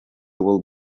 would